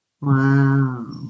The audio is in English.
Wow